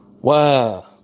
Wow